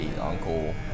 uncle